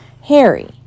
Harry